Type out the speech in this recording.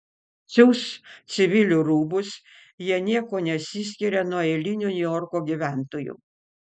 siūs civilių rūbus jie niekuo nesiskiria nuo eilinių niujorko gyventojų